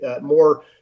more